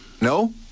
No